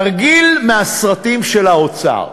תרגיל מהסרטים של האוצר,